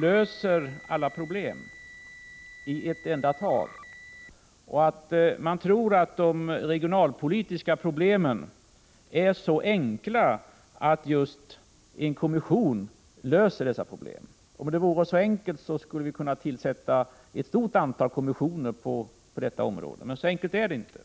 löser alla problem i ett enda tag och om vi tror att de regionalpolitiska problemen är så enkla att just en kommission kan lösa dessa problem. Om det vore så enkelt skulle vi kunna tillsätta ett stort antal kommissioner på detta område. Så enkelt är det inte.